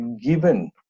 given